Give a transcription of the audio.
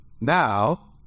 Now